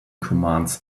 commands